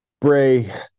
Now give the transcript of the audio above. Bray